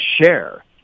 share